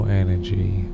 energy